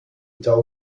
tall